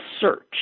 search